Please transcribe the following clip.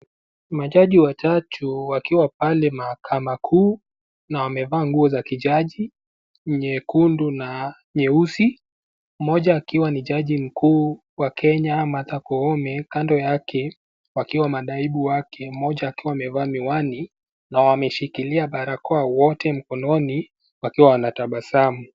Majaji watatu wakiwa pale mahakama kuu na wamevaa nguo za kijaji nyekundu na nyeusi, mmoja akiwa ni jaji mkuu wa Kenya Martha Koome, kando yake wakiwa manaibu wake mmoja akiwa amevaa miwani, na wameshikilia barakoa wote mikononi, wakiwa wanatabasamu.